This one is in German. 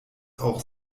auch